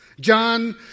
John